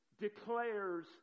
declares